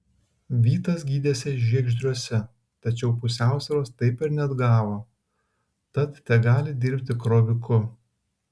vytas gydėsi žiegždriuose tačiau pusiausvyros taip ir neatgavo tad tegali dirbti kroviku